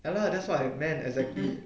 ya lah that's what I meant exactly